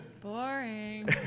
Boring